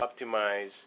optimize